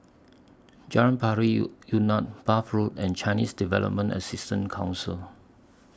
Jalan Pari Unak Bath Road and Chinese Development Assistance Council